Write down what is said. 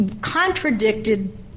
contradicted